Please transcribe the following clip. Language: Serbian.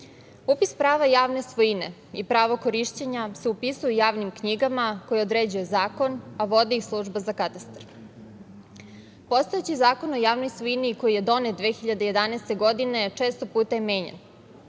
prava javne svojine i pravo korišćenja se upisuje u javnim knjigama koje određuje zakon, a vodi ih Služba za katastar. Postojeći Zakon o javnoj svojini, koji je donet 2011. godine, često puta je menjan.